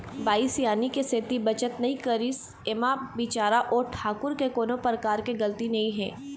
बाई सियानी के सेती बचत नइ करिस ऐमा बिचारा ओ ठाकूर के कोनो परकार के गलती नइ हे